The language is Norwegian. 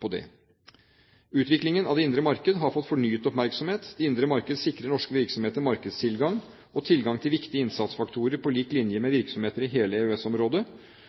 på det. Utviklingen av det indre marked har fått fornyet oppmerksomhet. Det indre marked sikrer norske virksomheter markedstilgang og tilgang til viktige innsatsfaktorer på lik linje med virksomheter i hele